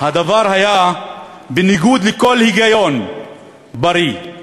הדבר היה בניגוד לכל היגיון בריא,